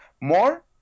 More